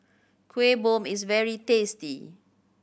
Kuih Bom is very tasty